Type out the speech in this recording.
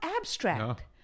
abstract